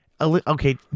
okay